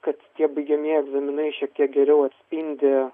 kad tie baigiamieji egzaminai šiek tiek geriau atspindi